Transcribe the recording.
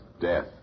death